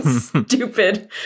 stupid